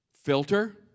Filter